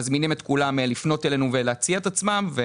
מזמינים את כולם לפנות אלינו ולהציע את עצמם.